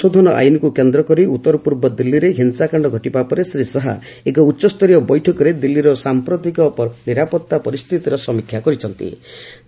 ନାଗରିକ ସଂଶୋଧନ ଆଇନ୍କୁ କେନ୍ଦ୍ରକରି ଉତ୍ତର ପୂର୍ବ ଦିଲ୍ଲୀରେ ହିଂସାକାଣ୍ଡ ଘଟିବା ପରେ ଶ୍ରୀ ଶାହା ଏକ ଉଚ୍ଚସ୍ତରୀୟ ବୈଠକରେ ଦିଲ୍ଲୀର ସାମ୍ପ୍ରତିକ ନିରାପତ୍ତା ପରିସ୍ଥିତିର ସମୀକ୍ଷା କରିଛନ୍ତି